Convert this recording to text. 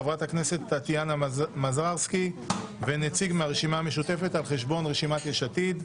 חברת הכנסת טטיאנה מזרסקי ונציג מהרשימה המשותפת על חשבון יש עתיד,